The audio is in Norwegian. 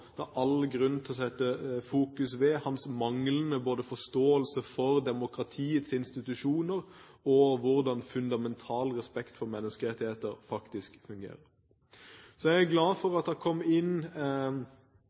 all grunn til å fokusere på hans manglende forståelse for demokratiets institusjoner og på hvordan en fundamental respekt for menneskerettigheter faktisk fungerer. Så er jeg glad for